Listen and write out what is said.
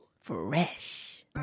fresh